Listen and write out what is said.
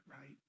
right